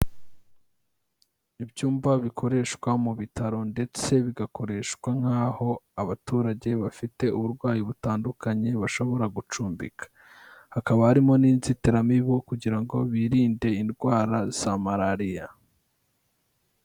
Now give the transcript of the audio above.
Ibyumba bikoreshwa mu bitaro ndetse bigakoreshwa nkaho abaturage bafite uburwayi butandukanye bashobora gucumbika. Hakaba harimo n'inzitiramibu kugira ngo birinde indwara za malariya.